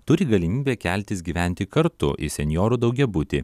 turi galimybę keltis gyventi kartu į senjorų daugiabutį